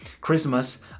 Christmas